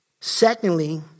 Secondly